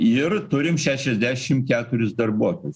ir turim šešiasdešim keturis darbuotojus